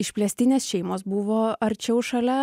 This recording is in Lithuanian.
išplėstinės šeimos buvo arčiau šalia